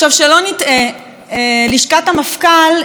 לשכת המפכ"ל גם היא לא סניף של מרצ.